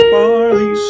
Barley